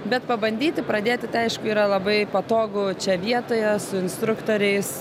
bet pabandyti pradėti tai aišku yra labai patogu čia vietoje su instruktoriais